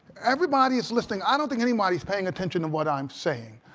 everybody is listening. i don't think anyone's paying attention to what i'm saying.